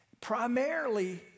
Primarily